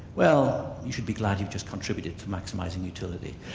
well you should be glad you've just contributed to maximising utility.